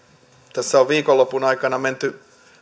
tässä on viikonlopun aikana menty